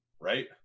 right